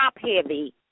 top-heavy